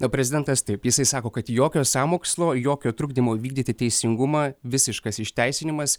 na prezidentas taip jisai sako kad jokio sąmokslo jokio trukdymo vykdyti teisingumą visiškas išteisinimas